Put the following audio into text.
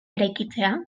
eraikitzea